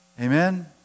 amen